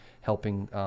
helping